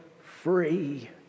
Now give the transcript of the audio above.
free